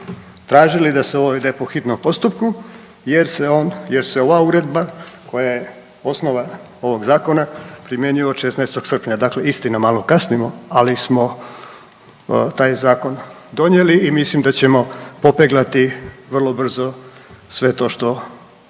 tražili da se ovo ide po hitnom postupku jer se on, jer se ova Uredba koja je osnova ovog Zakona primjenjuju od 16. srpnja, dakle istina, malo kasnimo, ali smo taj Zakon donijeli i mislim da ćemo popeglati vrlo brzo sve to što